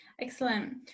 excellent